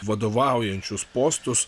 vadovaujančius postus